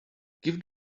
give